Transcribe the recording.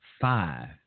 Five